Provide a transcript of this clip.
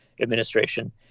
administration